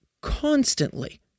constantly